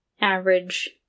average